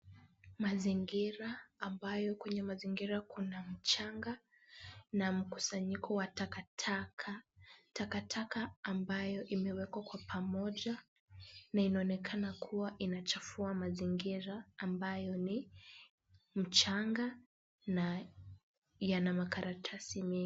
Mazingira ambayo kwenye mazingira kuna mchanga na mkusanyiko wa takataka. Takataka ambayo imewekwa pamoja na inaonekana kuwa inachafua mazingira ambayo ni mchanga na yana makaratasi mengi.